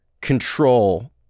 control